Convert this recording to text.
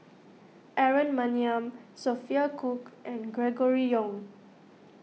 Aaron Maniam Sophia Cooke and Gregory Yong